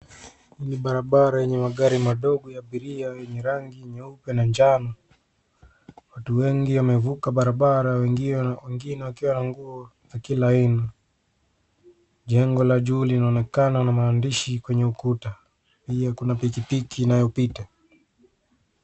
Ni barabara yenye magari madogo ya abiria yenye rangi nyeupe na njano. Watu wengi wamevuka barabara wengine wakiwa na nguo za kila aina. Jengo la juu linaonekana na maandishi kwenye ukuta. Pia kuna pikipiki inayopita.